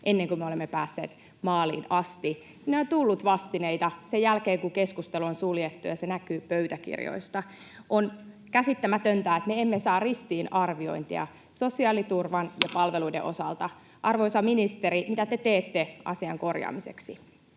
ennen kuin me olemme päässeet maaliin asti — sinne on tullut vastineita sen jälkeen, kun keskustelu on suljettu, ja se näkyy pöytäkirjoista. On käsittämätöntä, että me emme saa ristiinarviointia sosiaaliturvan ja palveluiden osalta. Arvoisa ministeri, mitä te teette asian korjaamiseksi?